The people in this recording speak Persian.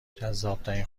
جذابترین